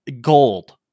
gold